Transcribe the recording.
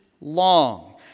long